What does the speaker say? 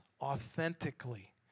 authentically